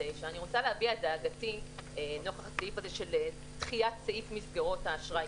אני רוצה להביע את דאגתי נוכח הסעיף הזה של דחיית סעיף מסגרות האשראי.